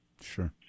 Sure